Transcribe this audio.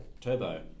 Turbo